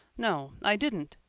no, i didn't,